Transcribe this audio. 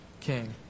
king